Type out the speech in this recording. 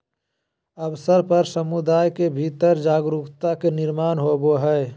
अवसर पर समुदाय के भीतर जागरूकता के निर्माण होबय हइ